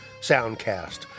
soundcast